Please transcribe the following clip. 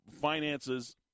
finances